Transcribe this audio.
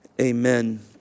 amen